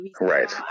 right